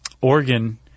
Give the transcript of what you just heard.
organ